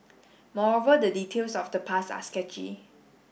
moreover the details of the past are sketchy